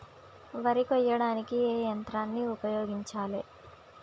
వరి కొయ్యడానికి ఏ యంత్రాన్ని ఉపయోగించాలే?